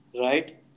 Right